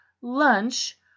lunch